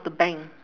the bank